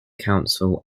council